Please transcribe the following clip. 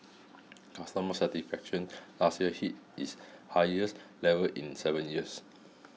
customer satisfaction last year hit its highest levels in seven years